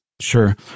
Sure